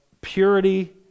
purity